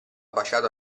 baciato